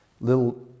little